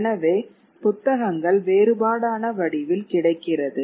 எனவே புத்தகங்கள் வேறுபாடான வடிவில் கிடைக்கிறது